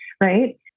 right